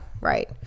right